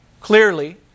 Clearly